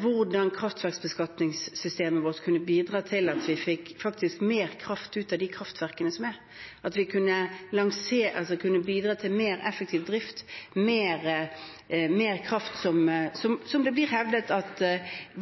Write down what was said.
hvordan kraftverksbeskatningssystemet kunne bidra til at vi faktisk fikk mer kraft ut av de kraftverkene som er, at vi kunne bidra til mer effektiv drift, mer kraft – som det blir hevdet at